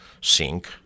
sync